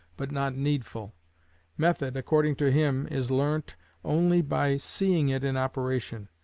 but not needful method, according to him, is learnt only by seeing it in operation,